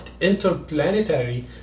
interplanetary